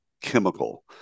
chemical